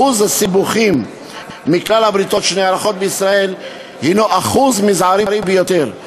שיעור הסיבוכים מכלל הבריתות שנערכות בישראל הוא זעיר ביותר.